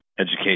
education